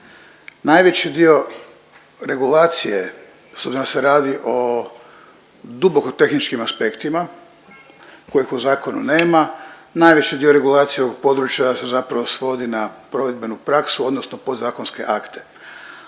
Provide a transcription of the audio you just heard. .../nerazumljivo/... se radi o duboko tehničkim aspektima, koje po zakonu nema, najveći dio regulacije od područja se zapravo svodi na provedbenu praksu, odnosno podzakonske akte,